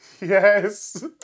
Yes